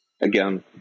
Again